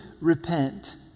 repent